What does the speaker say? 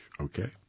Okay